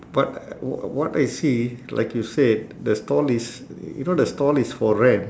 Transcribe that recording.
but uh wha~ what I see like you said the stall is you know the stall is for rent